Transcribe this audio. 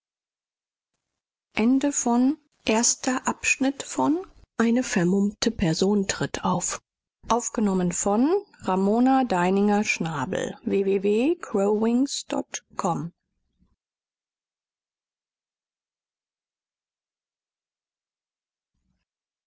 eine vermummte person tritt auf